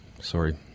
sorry